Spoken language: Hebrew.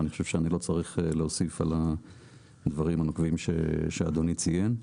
ואני חושב שאני לא צריך להוסיף על הדברים הנוקבים שאדוני ציין.